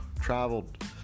traveled